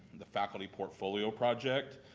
the faculty portfolio project.